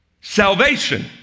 Salvation